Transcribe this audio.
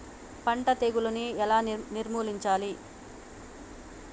పంట తెగులుని ఎలా నిర్మూలించాలి?